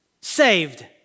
saved